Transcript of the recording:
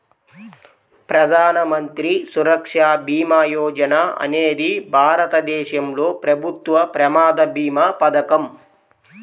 ప్రధాన మంత్రి సురక్ష భీమా యోజన అనేది భారతదేశంలో ప్రభుత్వ ప్రమాద భీమా పథకం